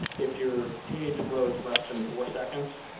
if your page load's less than four seconds,